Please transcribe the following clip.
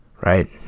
right